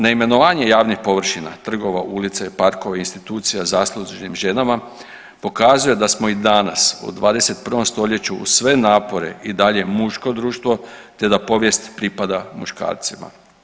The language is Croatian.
Neimenovanje javnih površina trgova, ulica i parkova, institucija zaslužnim ženama pokazuje da smo i danas u 21. stoljeću uz sve napore i dalje muško društvo te da povijest pripada muškarcima.